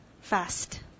fast